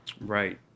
Right